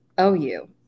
OU